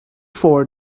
for